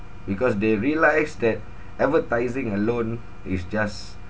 because they realised that advertising alone is just